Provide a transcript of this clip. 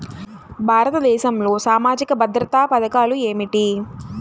భారతదేశంలో సామాజిక భద్రతా పథకాలు ఏమిటీ?